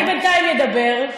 בינתיים אני אדבר.